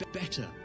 better